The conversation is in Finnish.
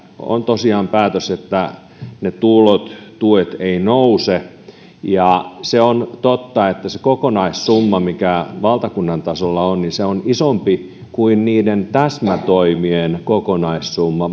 on tosiaan päätös että ne tuet eivät nouse se on totta että se kokonaissumma mikä valtakunnan tasolla on on isompi kuin valtakunnallisella tasolla niiden täsmätoimien kokonaissumma